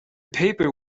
paper